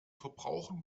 verbrauchen